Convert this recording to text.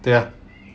对 mah